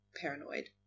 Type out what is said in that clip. paranoid